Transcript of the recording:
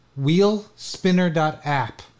wheelspinner.app